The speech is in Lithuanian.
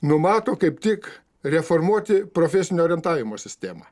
numato kaip tik reformuoti profesinio orientavimo sistemą